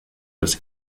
als